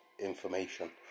information